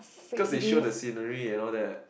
cause it show the scenery and all that